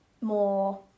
more